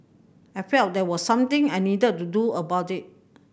I felt there was something I needed to do about it